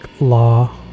Law